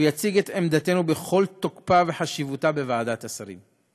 והוא יציג את עמדתנו בכל תוקפה וחשיבותה בוועדת השרים.